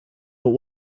but